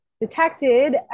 detected